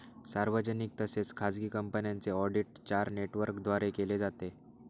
सार्वजनिक तसेच खाजगी कंपन्यांचे ऑडिट चार नेटवर्कद्वारे केले जाते